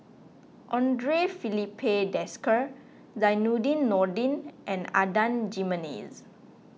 andre Filipe Desker Zainudin Nordin and Adan Jimenez